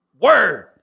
Word